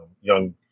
young